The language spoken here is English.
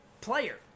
player